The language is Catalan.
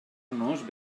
nos